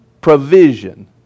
provision